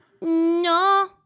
No